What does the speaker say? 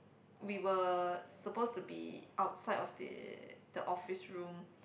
we were supposed to be outside of the the office room